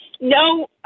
no